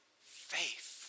faith